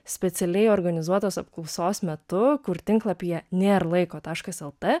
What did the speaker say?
specialiai organizuotos apklausos metu kur tinklapyje nėr laiko taškas el t